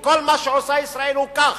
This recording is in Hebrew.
וכל מה שעושה ישראל הוא כך.